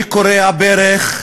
אני כורע ברך,